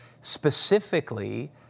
specifically